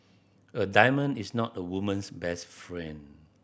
a diamond is not a woman's best friend